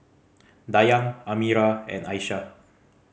Dayang Amirah and Aisyah